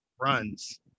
runs